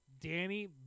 Danny